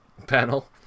panel